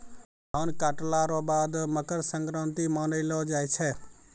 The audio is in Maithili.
धान काटला रो बाद मकरसंक्रान्ती मानैलो जाय छै